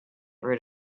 rid